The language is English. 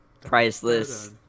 Priceless